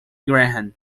graham